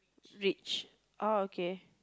which oh okay